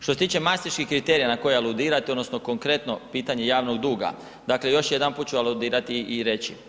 Što se tiče Masterških kriterija na koje aludirate odnosno konkretno pitanje javnog duga, dakle još jedanput ću aludirati i reći.